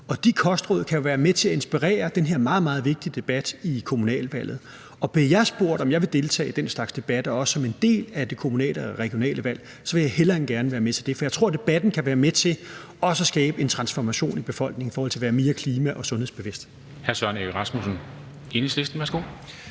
de kostråd kan være med til at inspirere i den her meget, meget vigtige debat i forbindelse med kommunalvalget. Og hvis jeg bliver spurgt, om jeg vil deltage i den slags debatter, også som en del af det kommunale og regionale valg, så vil jeg hellere end gerne være med til det, for jeg tror, debatten kan være med til også at skabe en transformation i befolkningen i forhold til at være mere klima- og sundhedsbevidst.